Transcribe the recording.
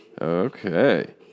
Okay